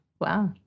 Wow